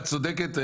את צודקת,